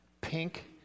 pink